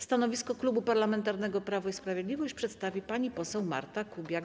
Stanowisko Klubu Parlamentarnego Prawo i Sprawiedliwość przedstawi pani poseł Marta Kubiak.